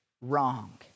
wrong